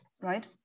right